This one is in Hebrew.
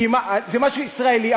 זה משהו ישראלי.